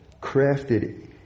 crafted